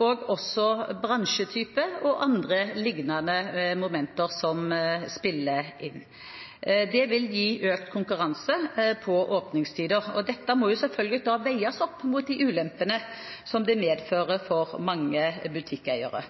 og bransjetype og andre lignende momenter som spiller inn. Det vil gi økt konkurranse på åpningstider. Dette må selvfølgelig veies opp mot de ulempene som det medfører for mange butikkeiere.